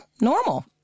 normal